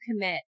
commit